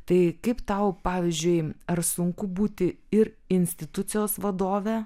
tai kaip tau pavyzdžiui ar sunku būti ir institucijos vadove